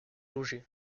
loger